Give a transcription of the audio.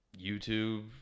YouTube